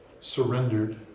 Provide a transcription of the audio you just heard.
surrendered